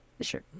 sure